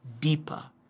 deeper